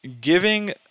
giving